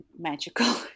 magical